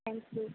thank you